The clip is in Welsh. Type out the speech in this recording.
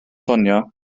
ffonio